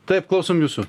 taip klausom jūsų